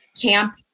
camp